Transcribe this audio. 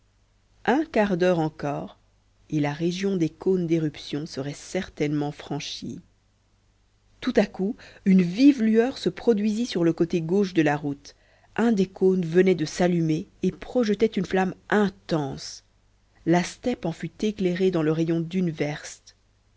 un quart d'heure encore et la région des cônes d'éruption serait certainement franchie tout à coup une vive lueur se produisit sur le côté gauche de la route un des cônes venait de s'allumer et projetait une flamme intense la steppe en fut éclairée dans le rayon d'une verste